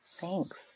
thanks